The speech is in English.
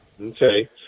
Okay